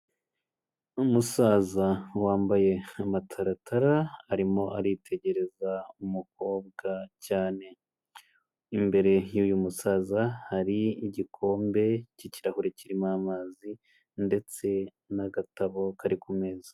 Umusaza wambaye amataratara arimo aritegereza umukobwa cyane. Imbere y'uyu musaza hari igikombe cy'ikirahure kirimo amazi ndetse n'agatabo kari ku meza.